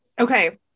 okay